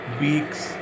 weeks